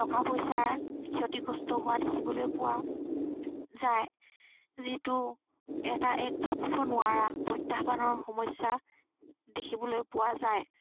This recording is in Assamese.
টকা পইচাৰ ক্ষতি কষ্ট হোৱা দেখিবলৈ পোৱা যায় যিটো এটা এক ভাবিব নোৱাৰা প্ৰত্যাহ্বানৰ সমস্যা দেখিবলৈ পোৱা যায়